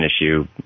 issue